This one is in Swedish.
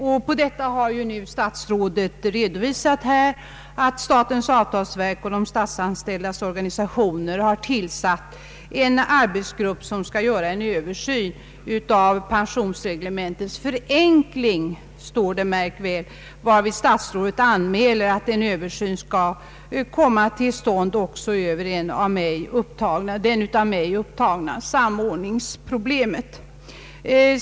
Med anledning av denna fråga har statsrådet nu redovisat, att statens avtalsverk och de statsanställdas organisationer tillsatt en arbetsgrupp, som skall göra en översyn av pensionsreglementets förenkling, varvid statsrådet anmäler att en översyn skall komma till stånd också över det av mig upptagna samordningsproblemet.